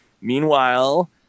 meanwhile